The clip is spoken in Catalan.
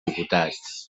diputats